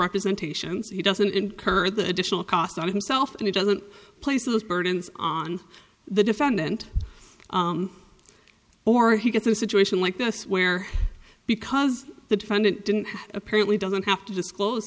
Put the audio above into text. representation so he doesn't incur the additional cost on himself and he doesn't place of those burdens on the defendant or he gets in a situation like this where because the defendant didn't apparently doesn't have to disclose